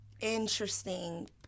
interesting